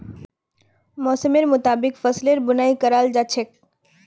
मौसमेर मुताबिक फसलेर बुनाई कराल जा छेक